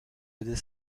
aider